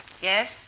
Yes